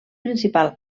principal